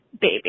Baby